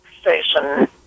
station